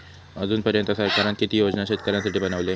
अजून पर्यंत सरकारान किती योजना शेतकऱ्यांसाठी बनवले?